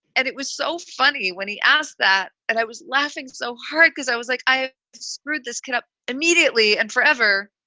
and it was so funny when he asked that and i was laughing so hard because i was like, i screwed this up immediately and forever.